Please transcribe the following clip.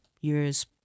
years